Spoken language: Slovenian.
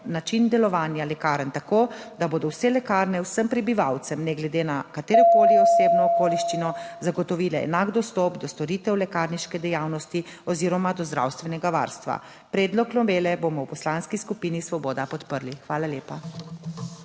način delovanja lekarn tako, da bodo vse lekarne vsem prebivalcem, ne glede na katerokoli osebno okoliščino, zagotovile enak dostop do storitev lekarniške dejavnosti oziroma do zdravstvenega varstva. Predlog novele bomo v Poslanski skupini Svoboda, podprli. Hvala lepa.